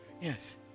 Yes